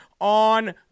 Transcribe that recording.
on